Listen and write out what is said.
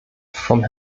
von